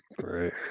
Right